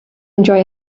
enjoy